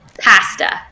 Pasta